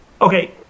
okay